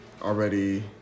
already